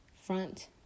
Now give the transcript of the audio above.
Front